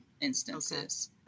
instances